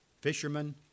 fishermen